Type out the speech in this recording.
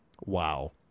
Wow